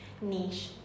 Niche